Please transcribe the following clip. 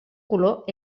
color